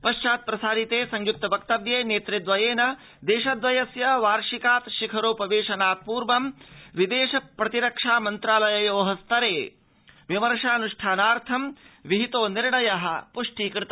पश्चात् प्रसारिते संयुक्त वक्तव्ये नेतृद्वयेन देशद्वयस्य वार्षिकात् शिखरोप वेशनात् पूर्वः विदेश प्रतिरक्षा मन्त्रालययोः स्तरे विमर्शान्ष्ठानाय विहितो निर्णयः पुष्टीकृत